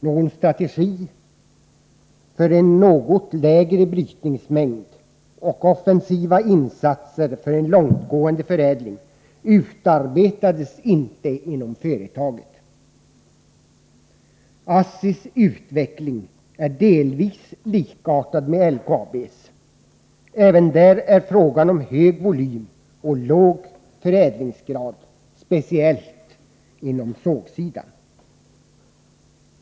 Någon strategi för en lägre brytningsmängd och offensiva insatser för en långtgående förädling utarbetades inte inom företaget. ASSI:s utveckling är delvis likartad LKAB:s. Även där är det fråga om hög volym och låg förädlingsgrad, speciellt på sågsidan.